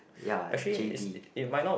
ya j_b